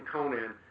Conan